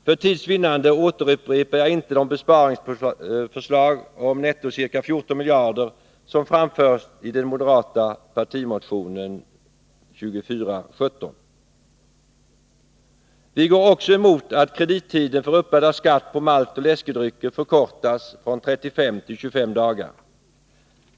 För tids vinnande återupprepar jag inte de besparingsförslag om netto ca 14 miljarder som framförts i den moderata partimotionen 2417. Vi går också emot att kredittiden för uppbörd av skatt på maltoch läskedrycker förkortas från 35 till 25 dagar.